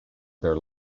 their